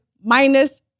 Minus